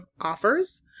offers